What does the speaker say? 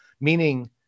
Meaning